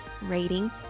rating